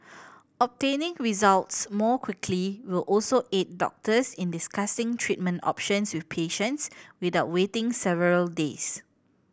obtaining results more quickly will also aid doctors in discussing treatment options with patients without waiting several days